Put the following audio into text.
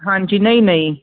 ਹਾਂਜੀ ਨਹੀਂ ਨਹੀਂ